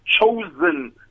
chosen